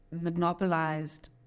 monopolized